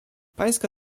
pańska